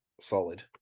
solid